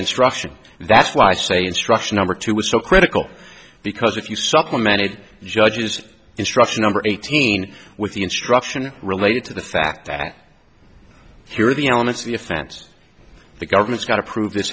instruction and that's why i say instruction number two was so critical because if you supplemented judges instruction over eighteen with the instruction related to the fact that here are the elements of the offense the government's got to prove this